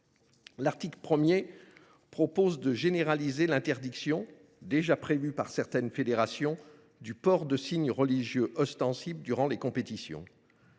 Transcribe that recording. L’article 1 de ce texte généralise l’interdiction, déjà prévue par certaines fédérations, du port de signes religieux ostensibles durant les compétitions.